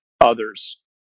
others